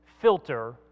filter